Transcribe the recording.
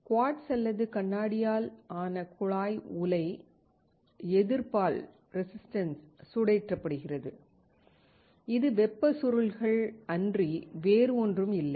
quartz அல்லது கண்ணாடியால் ஆன குழாய் உலை எதிர்ப்பால் சூடேற்றப்படுகிறது இது வெப்ப சுருள்கள் அன்றி வேறு ஒன்றும் இல்லை